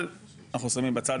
אבל אנחנו שמים בצד,